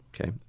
okay